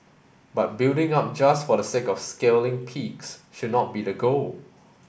but building up just for the sake of scaling peaks should not be the goal